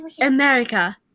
America